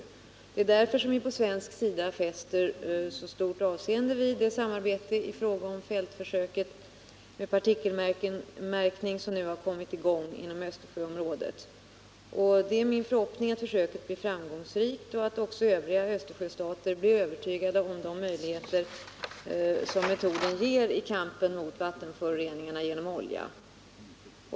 Det är därför vi från svensk sida fäster så stort avseende vid det samarbete i fråga om fältförsöket med partikelmärkning som nu kommit i gång inom Östersjöområdet. Det är min förhoppning att försöket blir framgångsrikt och att även övriga Östersjöstater blir övertygade om de möjligheter metoden ger i kampen mot vattenföroreningarna genom olja.